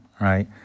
right